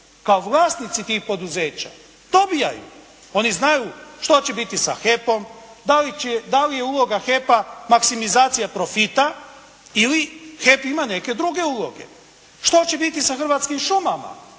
kao vlasnici tih poduzeća dobivaju. Oni znaju što će biti sa HEP-om, da li će, da li je uloga HEP-a maksimizacija profita ili HEP ima neke druge uloge. Što će biti sa Hrvatskim šumama?